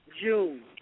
June